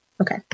Okay